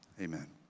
amen